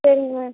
சரிங்க மேம்